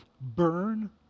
burn